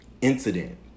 Incident